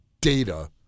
data